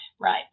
right